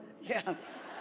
Yes